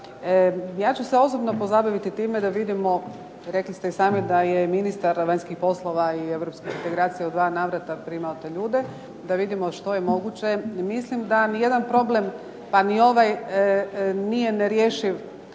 Ja ću se osobno pozabaviti time da vidimo, rekli ste i sami da je ministar vanjskih poslova i Europskih integracija u dva navrata primao te ljude, da vidimo što je moguće. Mislim da ni jedan problem pa ni ovaj nije nerješiv